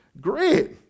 Great